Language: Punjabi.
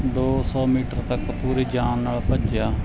ਦੋ ਸੌ ਮੀਟਰ ਤੱਕ ਪੂਰੀ ਜਾਨ ਨਾਲ ਭੱਜਿਆ